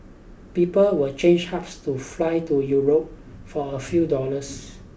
people will change hubs to fly to Europe for a few dollars